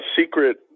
secret